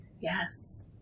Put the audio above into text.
Yes